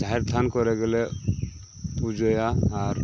ᱡᱟᱦᱮᱨ ᱛᱷᱟᱱ ᱠᱚᱨᱮ ᱜᱮᱞᱮ ᱯᱩᱡᱟᱹᱭᱟ ᱟᱨ